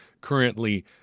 currently